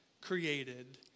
created